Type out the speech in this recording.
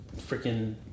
freaking